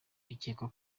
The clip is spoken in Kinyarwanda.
bikekwa